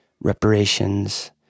reparations